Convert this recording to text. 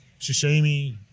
sashimi